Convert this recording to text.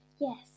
yes